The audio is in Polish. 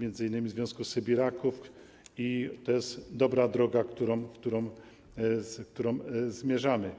m.in. Związku Sybiraków i to jest dobra droga, którą zmierzamy.